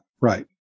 right